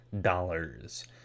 dollars